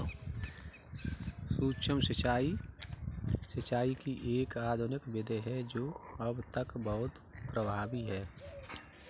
सूक्ष्म सिंचाई, सिंचाई की एक आधुनिक विधि है जो अब तक बहुत प्रभावी है